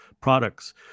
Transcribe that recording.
products